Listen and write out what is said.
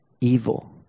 evil